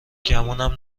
گمون